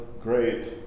great